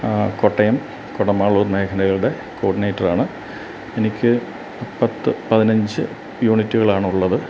കോട്ടയം കുടമാളൂര് മേഖലയുടെ കോര്ഡിനേറ്ററാണ് എനിക്ക് പത്ത് പതിനഞ്ച് യൂണിറ്റുകളാണുള്ളത്